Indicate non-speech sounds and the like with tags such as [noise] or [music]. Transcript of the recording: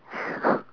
[breath]